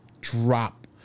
drop